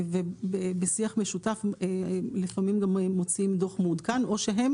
ובשיח משותף אנחנו לפעמים גם מוציאים דו"ח מעודכן או שהם